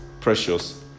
precious